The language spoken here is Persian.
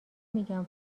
میگن